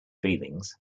feelings